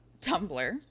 Tumblr